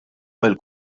mill